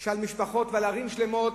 על משפחות ועל ערים שלמות,